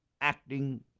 acting